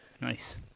Nice